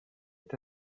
est